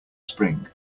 spring